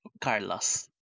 Carlos